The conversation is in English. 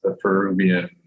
Peruvian